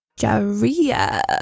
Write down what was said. Jaria